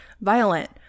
violent